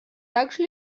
также